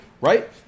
Right